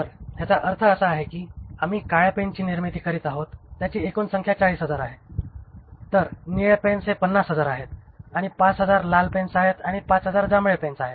तर याचा अर्थ असा आहे की आम्ही काळ्या पेनची निर्मिती करीत आहोत त्याची एकूण संख्या ही 40000 आहे तर निळे पेन्स हे 50000 आहेत आणि 5000 लाल पेन्स आहेत आणि 5000 जांभळे पेन्स आहेत